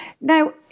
Now